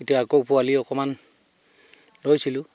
এতিয়া আকৌ পোৱালি অকণমান লৈছিলোঁ